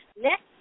Next